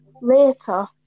later